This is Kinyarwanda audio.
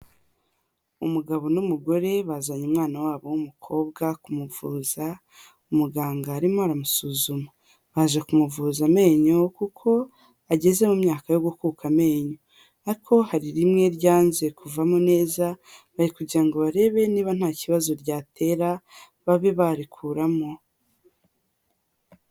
Umugabo n'umugore bazanye umwana wabo w'umukobwa kumuvuza, umuganga arimo aramusuzuma, baje kumuvuza amenyo, kuko ageze mu myaka yo gukuka amenyo. Ariko hari rimwe ryanze kuvamo neza, bari kugira ngo barebe niba nta kibazo ryatera babe barikuramo.